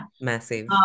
Massive